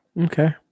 Okay